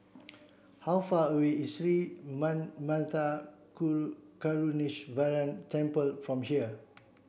how far away is Sri Manmatha Karuneshvarar Temple from here